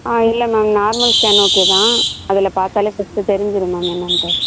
ஆ இல்லை ma'am normal scan okay தான் அதில் பார்த்தாலே ஃபஸ்ட்டு தெரிஞ்சிடும் மேம் என்னன்ட்டு